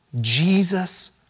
Jesus